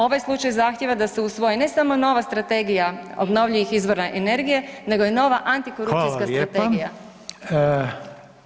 Ovaj slučaj zahtjeva da se usvoji ne samo nova strategija obnovljivih izvora energije, nego i nova antikorupcijska strategija.